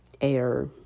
air